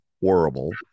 horrible